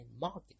market